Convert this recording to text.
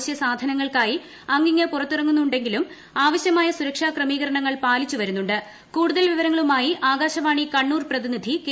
ജനങ്ങൾ അവശ്യ സാധനങ്ങൾക്കായി അങ്ങിങ്ങ് പുറത്തിറങ്ങുന്നുണ്ടെങ്കിലും ആവശ്യമായ സുരക്ഷാ ക്രമീകരണങ്ങൾ പാലിച്ചു വരുന്നുണ്ട് കൂടുതൽ വിവിരങ്ങളുമായി ആകാശവാണി കണ്ണൂർ ജില്ലാ പ്രതിനിധി കെ